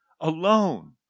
Alone